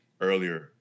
earlier